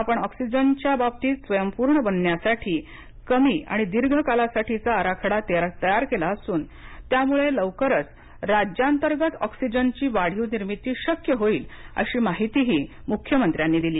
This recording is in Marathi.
आपण ऑक्सिजनच्या बाबतीत स्वयंपूर्ण बनण्यासाठी कमी आणि दीर्घ कालासाठीचा आराखडा तयार केला असून त्यामुळे लवकरच राज्यांतर्गत ऑक्सिजनची वाढीव निर्मिती शक्य होईल अशी माहितीही मुख्यमंत्र्यांनी दिली